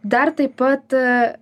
dar taip pat